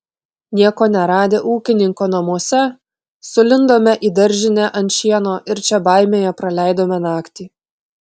nieko neradę ūkininko namuose sulindome į daržinę ant šieno ir čia baimėje praleidome naktį